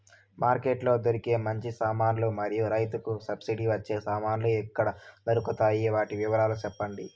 Market లో దొరికే మంచి సామాన్లు మరియు రైతుకు సబ్సిడి వచ్చే సామాన్లు ఎక్కడ దొరుకుతాయి? వాటి వివరాలు సెప్పండి?